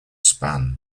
span